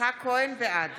בעד